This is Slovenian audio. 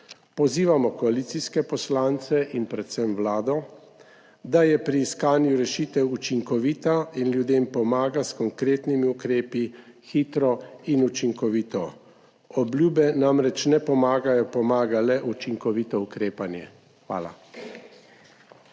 Pozivamo koalicijske poslance in predvsem Vlado, da je pri iskanju rešitev učinkovita in ljudem pomaga s konkretnimi ukrepi hitro in učinkovito. Obljube namreč ne pomagajo, pomaga le učinkovito ukrepanje. Hvala.